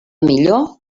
millor